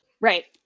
Right